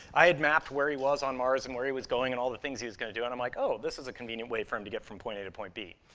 i had mapped where he was on mars and where he was going and all the things he was gonna do, and i'm like, oh, this is a convenient way for him to get from point a to point b.